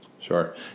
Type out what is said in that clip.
Sure